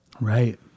Right